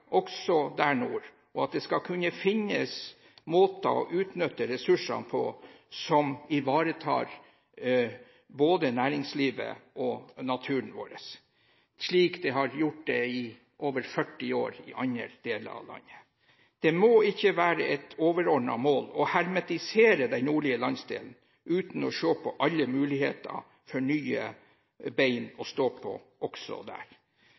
også der nord, og at det skal kunne finnes måter å utnytte ressursene på som ivaretar både næringslivet og naturen vår – slik det har gjort det i over 40 år i andre deler av landet. Det må ikke være et overordnet mål å hermetisere den nordlige landsdelen, uten å se på alle muligheter for nye ben å stå på også der.